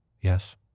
Yes